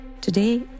Today